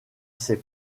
ses